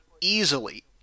easily